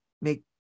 make